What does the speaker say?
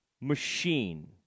machine